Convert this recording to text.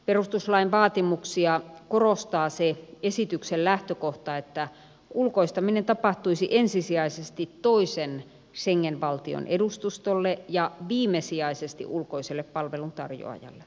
perustuslain vaatimuksia korostaa se esityksen lähtökohta että ulkoistaminen tapahtuisi ensisijaisesti toisen schengen valtion edustustolle ja viimesijaisesti ulkoiselle palveluntarjoajalle